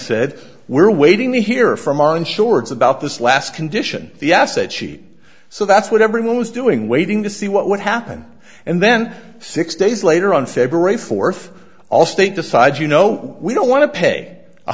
said we're waiting to hear from our insurance about this last condition the asset sheet so that's what everyone was doing waiting to see what would happen and then six days later on february fourth allstate decides you know we don't want to pay